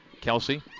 Kelsey